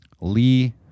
Lee